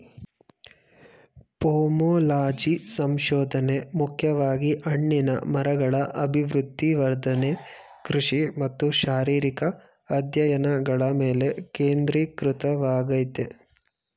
pomology ಸಂಶೋಧನೆ ಮುಖ್ಯವಾಗಿ ಹಣ್ಣಿನ ಮರಗಳ ಅಭಿವೃದ್ಧಿ ವರ್ಧನೆ ಕೃಷಿ ಮತ್ತು ಶಾರೀರಿಕ ಅಧ್ಯಯನಗಳ ಮೇಲೆ ಕೇಂದ್ರೀಕೃತವಾಗಯ್ತೆ